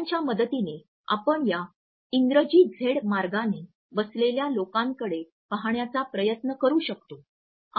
डोळ्यांच्या मदतीने आपण या झेड मार्गाने बसलेल्या लोकांकडे पाहण्याचा प्रयत्न करु शकतो